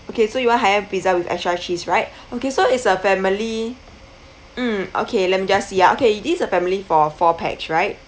okay so you want hawaiian pizza with extra cheese right okay so is a family mm okay let me just ya okay this a family for four pax right